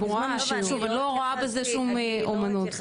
אני לא רואה בזה שום אמנות.